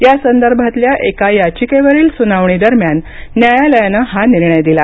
यासंदर्भातल्या एका याचिकेवरील सुनावणीदरम्यान न्यायालयानं हा निर्णय दिला